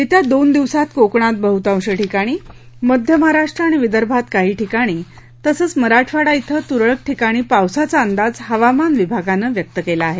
येत्या दोन दिवसात कोकणात बहुतांश ठिकाणी मध्य महाराष्ट्र आणि विदर्भात काही ठिकाणी तसंच मराठवाडा धिं तुरळक ठिकाणी पावसाचा अंदाज हवामान विभागानं व्यक्त केला आहे